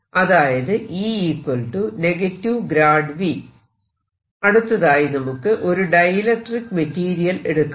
അതായത് അടുത്തതായി നമുക്ക് ഒരു ഡൈഇലക്ട്രിക്ക് മെറ്റീരിയൽ എടുക്കാം